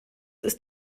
ist